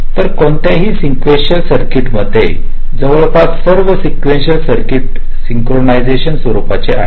तर कोणताही स्क्विस्क्वशशय सर्किट जवळपास सर्व स्क्विस्क्वशशयल सर्किट सिंक्रोनाईस स्वरूपाच्या आहेत